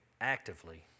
actively